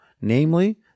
namely